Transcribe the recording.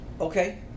Okay